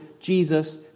Jesus